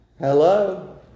Hello